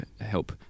help